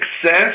success